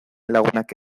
lagunak